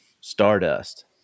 Stardust